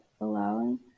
allowing